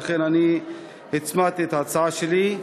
ולכן הצמדתי את ההצעה שלי.